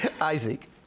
Isaac